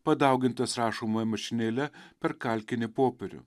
padaugintas rašomąja mašinėle per kalkinį popierių